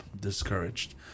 discouraged